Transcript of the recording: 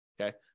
okay